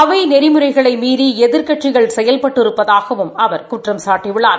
அவை நெறிமுறைகளை மீறி எதிர்க்கட்சிகள் செயல்பட்டிருப்பதாகவும் அவர் குற்றம்சாட்டியுள்ளார்